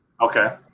Okay